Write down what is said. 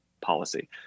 policy